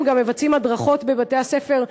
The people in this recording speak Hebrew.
הם גם מבצעים הדרכות בבתי-הספר,